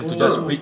oh